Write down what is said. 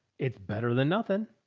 it's better than nothing.